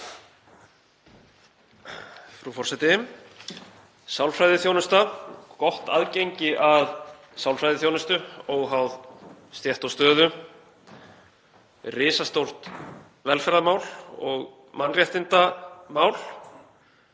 forseti. Sálfræðiþjónusta, gott aðgengi að sálfræðiþjónustu, óháð stétt og stöðu, er risastórt velferðarmál og mannréttindamál.